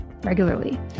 regularly